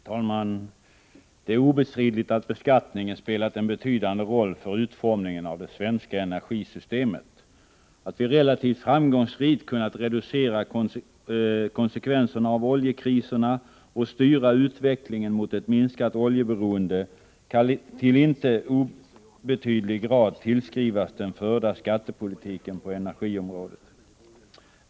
Herr talman! Det är obestridligt att beskattningen spelat en betydande roll för utformningen av det svenska energisystemet. Att vi relativt framgångsrikt kunnat reducera konsekvenserna av oljekriserna och styra utvecklingen mot ett minskat oljeberoende kan till inte obetydlig grad tillskrivas den förda skattepolitiken på energiområdet.